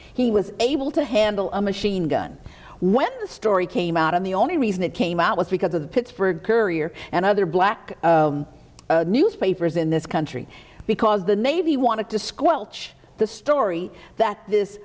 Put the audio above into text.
he was able to handle a machine gun when the story came out and the only reason it came out was because of the pittsburgh courier and other black newspapers in this country because the navy wanted to squelch the story that this